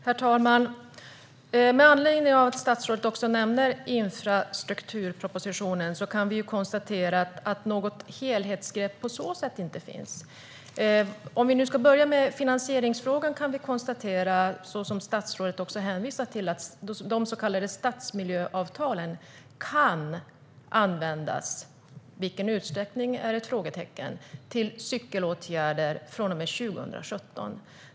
Herr talman! Med anledning av att statsrådet nämner infrastrukturpropositionen kan vi konstatera att något helhetsgrepp på så sätt inte finns. Låt oss börja med finansieringsfrågan. Statsrådet hänvisar till att de så kallade stadsmiljöavtalen kan användas - i vilken utsträckning är ett frågetecken - till cykelåtgärder från och med 2017.